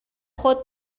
خود